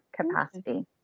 capacity